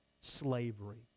slavery